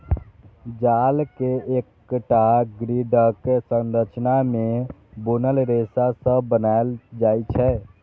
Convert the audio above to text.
जाल कें एकटा ग्रिडक संरचना मे बुनल रेशा सं बनाएल जाइ छै